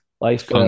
life